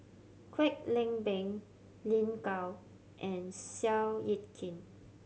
Kwek Leng Beng Lin Gao and Seow Yit Kin